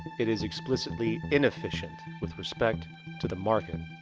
it is explicitly inefficient with respect to the market.